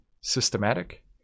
systematic